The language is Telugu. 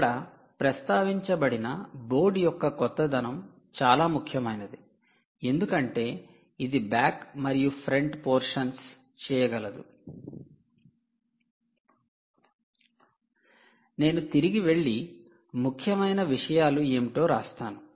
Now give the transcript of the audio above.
ఇక్కడ ప్రస్తావించబడిన బోర్డు యొక్క కొత్తదనం చాలా ముఖ్యమైనది ఎందుకంటే ఇది బ్యాక్ మరియు ఫ్రంట్ పోర్షన్స్ చేయగలదు నేను తిరిగి వెళ్లి ముఖ్యమైన విషయాలు ఏమిటో వ్రాస్తాను